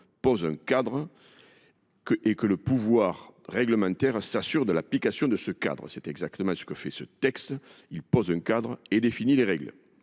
pose un cadre, c’est au pouvoir réglementaire de s’assurer de l’application de ce cadre ! C’est exactement ce que fait ce texte : il pose un cadre et définit les règles.